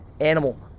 Animal